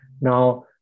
Now